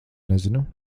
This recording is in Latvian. nezinu